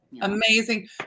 amazing